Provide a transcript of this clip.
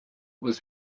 was